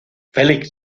felix